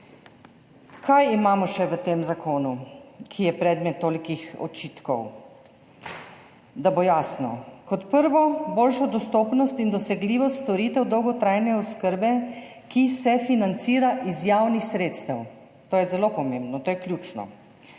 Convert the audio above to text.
Kaj imamo še v tem zakonu, ki je predmet tolikih očitkov, da bo jasno. Kot prvo, boljšo dostopnost in dosegljivost storitev dolgotrajne oskrbe, ki se financira iz javnih sredstev. To je zelo pomembno, to je ključno.